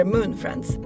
Moonfriends